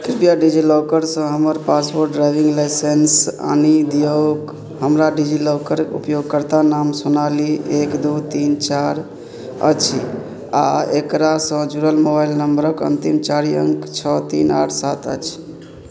कृपया डिजिलॉकर सऽ हमर पासपोर्ट ड्राइविंग लाइसेंस आनि दियौक हमरा डिजिलॉकर उपयोगकर्ता नाम सोनाली एक दू तीन चारि अछि आ एकरा सऽ जुड़ल मोबाइल नम्बरक अन्तिम चारि अङ्क छओ तीन आठ सात अछि